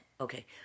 Okay